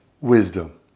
wisdom